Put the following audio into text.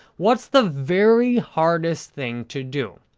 what's the very hardest thing to do?